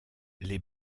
les